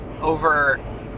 over